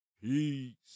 Peace